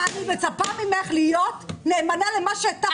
אני מצפה ממך להיות נאמנה למה שהבטחת.